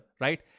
right